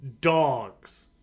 dogs